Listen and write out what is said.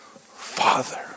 Father